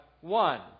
one